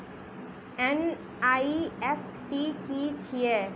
NEFT की छीयै?